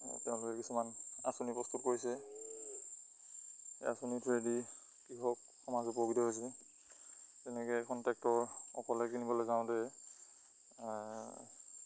তেওঁলোকে কিছুমান আঁচনি প্ৰস্তুত কৰিছে সেই আঁচনি থ্ৰ'ৱেদি কৃষক সমাজ উপকৃত হৈছে তেনেকৈ এখন ট্ৰেক্টৰ অকলে কিনিবলৈ যাওঁতে